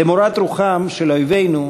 למורת רוחם של אויבינו,